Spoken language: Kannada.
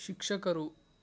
ಶಿಕ್ಷಕರು